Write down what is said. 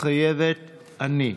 "מתחייבת אני".